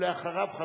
ואחריו,